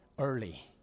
early